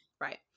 Right